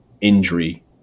injury